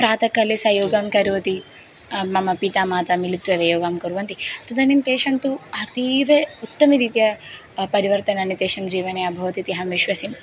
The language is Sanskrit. प्रातःकाले सा योगं करोति मम पिता माता मिलित्वैव योगं कुर्वन्ति तदानीं तेषां तु अतीव उत्तमरीत्या परिवर्तनानि तेषां जीवने अभवत् इति अहं विश्वसिमि